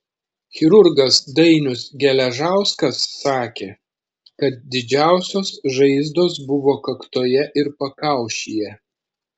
chirurgas dainius geležauskas sakė kad didžiausios žaizdos buvo kaktoje ir pakaušyje